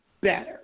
better